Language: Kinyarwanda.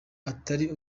atari